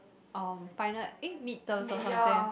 uh final eh mid terms of something eh